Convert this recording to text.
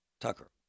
Tucker